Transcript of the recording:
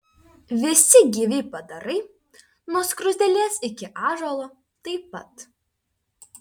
visi gyvi padarai nuo skruzdėlės iki ąžuolo taip pat